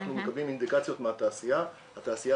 אנחנו מקבלים אינדיקציות מהתעשייה התעשייה